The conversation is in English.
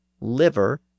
liver